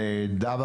מקבל.